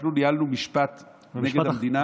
אנחנו ניהלנו משפט נגד המדינה.